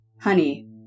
honey